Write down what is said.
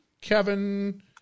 Kevin